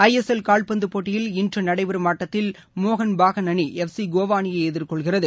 ISL கால்பந்துப் போட்டியில் இன்று நடைபெறும் ஆட்டத்தில் மோகன் பாகான் அணி எஃப் சி கோவா அணியை எதிர்கொள்கிறது